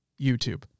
YouTube